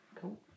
cool